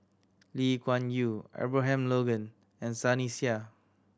Lee Kuan Yew Abraham Logan and Sunny Sia